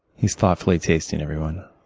he's thoughtfully tasting, everyone.